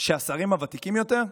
שהשרים הוותיקים יותר,